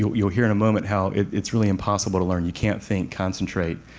you'll you'll hear in a moment how it's really impossible to learn. you can't think, concentrate,